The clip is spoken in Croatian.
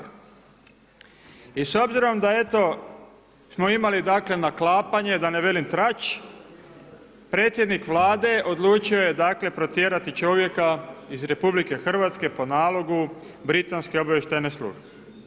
I s obzirom da eto, smo imali dakle, naklapanje da ne velim trač, predsjednik Vlade odlučio je dakle, protjerati čovjeka iz RH po nalogu britanske obavještajne službe.